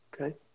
Okay